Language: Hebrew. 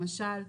למשל,